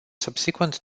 subsequent